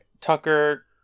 Tucker